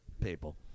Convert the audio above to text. people